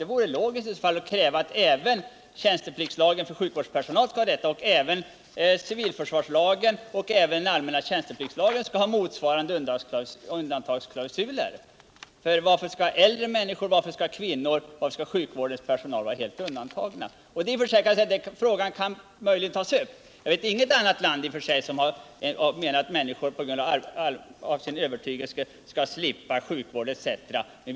Det vore logiskt att kräva att tjänstepliktslagen för sjuk vårdspersonal, civilförsvarslagen och den allmänna tjänstepliktslagen skall ha motsvarande undantagsklausuler Varför ski Idre människor, varför skall kvinnor. varför skall sjukvårdens personal inte medges samma undantag? Jag vet inget land där det anses att människor på grund av sin övertygelse skall slippa arbeta med sjukvård etc. i händelse av krig.